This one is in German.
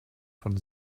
von